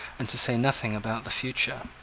and to say nothing about the future.